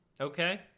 Okay